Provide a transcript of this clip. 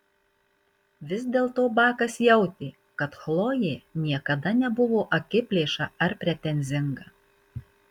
vis dėlto bakas jautė kad chlojė niekada nebuvo akiplėša ar pretenzinga